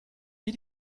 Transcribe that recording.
wie